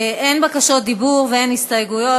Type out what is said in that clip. אין בקשות דיבור ואין הסתייגויות.